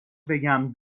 بگم